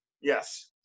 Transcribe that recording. yes